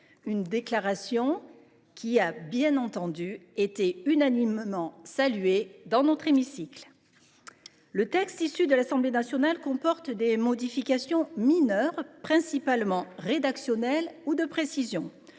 Cette déclaration a bien entendu été unanimement saluée dans notre hémicycle. Le texte issu de l’Assemblée nationale comporte des modifications mineures, principalement rédactionnelles ou de précision.